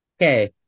Okay